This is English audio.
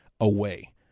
away